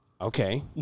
Okay